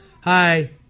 hi